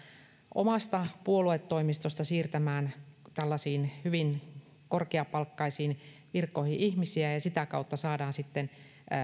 omasta puoluetoimistosta siirtämään tällaisiin hyvin korkeapalkkaisiin virkoihin ihmisiä ja sitä kautta saadaan sitten